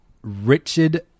Richard